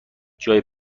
جای